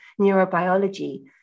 neurobiology